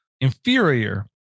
inferior